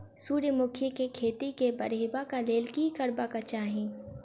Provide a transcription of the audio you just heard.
सूर्यमुखी केँ खेती केँ बढ़ेबाक लेल की करबाक चाहि?